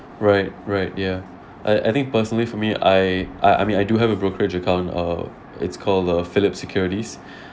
right right ya I I think personally for me I I I mean I do have a brokerage account uh it's called the Phillip Securities